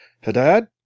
Haddad